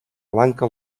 blanca